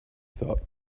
thought